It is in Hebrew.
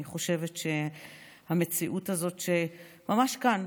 אני חושבת שהמציאות הזאת שממש כאן,